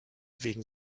wegen